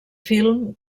film